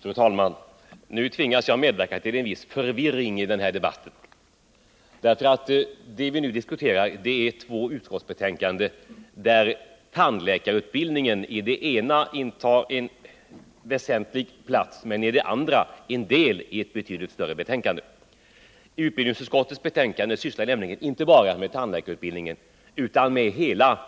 Fru talman! Nu tvingas jag medverka till en viss förvirring i debatten. Vi diskuterar två utskottsbetänkanden, där tandläkarutbildningen i det ena betänkandet intar en väsentlig plats men bara en liten del i det andra och betydligt större betänkandet. I utbildningsutskottets betänkande upptas nämligen inte bara frågor kring tandläkarutbildningen, utan där behandlas hela